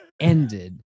ended